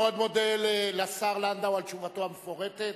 אני מאוד מודה לשר לנדאו על תשובתו המפורטת.